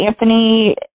Anthony